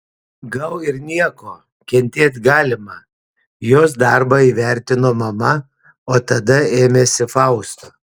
gal ir nieko kentėt galima jos darbą įvertino mama o tada ėmėsi fausto